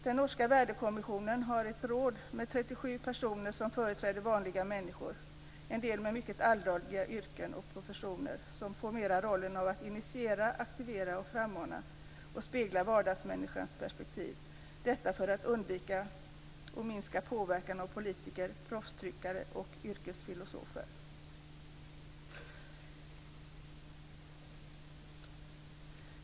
Den norska värdekommissionen har ett råd med 37 personer som företräder vanliga människor, en del med mycket alldagliga yrken och professioner som mera får rollen att initiera, aktivera, frammana och spegla vardagsmänniskans perspektiv, detta för att undvika och minska påverkan av politiker, proffstyckare och yrkesfilosofer.